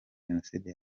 jenoside